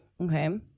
Okay